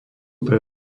pre